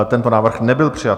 Tento návrh nebyl přijat.